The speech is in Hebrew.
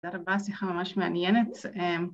תודה רבה שיחה ממש מעניינת